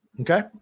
Okay